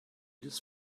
this